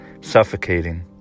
Suffocating